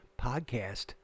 podcast